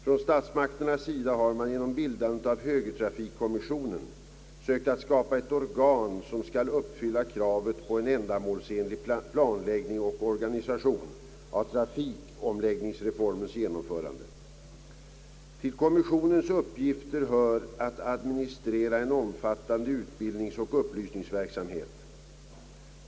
Från statsmakternas sida har man genom bildandet av högertrafikkommissionen sökt att skapa ett organ som skall uppfylla kravet på en ändamålsenlig planläggning och organisation av trafikomläggningsreformens genomförande. Till kommissionens uppgifter hör att administrera en omfattande utbildningsoch upplysningsverksamhet.